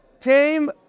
came